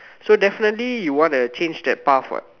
so definitely you wanna change that path what